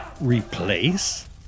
Replace